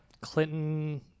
Clinton